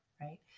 right